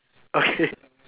okay